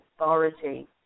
authority